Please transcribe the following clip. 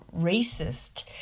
racist